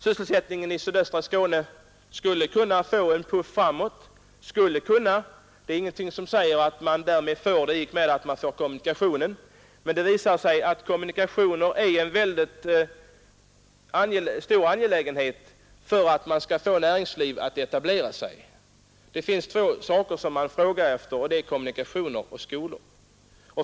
Sysselsättningen i sydöstra Skåne skulle kunna få en puff framåt — det är ingenting som säger att man får det i och med den här kommunikationsleden, men det har visat sig att kommunikationer är en förutsättning för att näringar skall etablera sig i ett område. Det är två saker som man därvid frågar efter, nämligen kommunikationer och skolor.